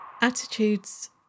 Attitudes